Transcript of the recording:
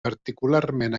particularment